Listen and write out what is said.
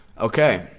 okay